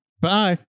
Bye